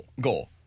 goal